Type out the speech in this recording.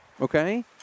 Okay